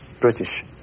British